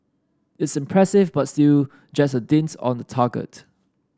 it's impressive but still just a dint's on the target